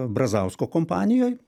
brazausko kompanijoj